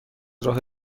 راه